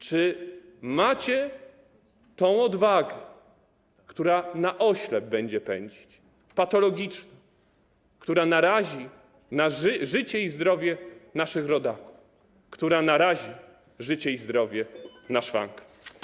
Czy macie tę odwagę, która na oślep będzie pędzić, patologiczną, która narazi życie i zdrowie naszych rodaków, która narazi życie i zdrowie na szwank?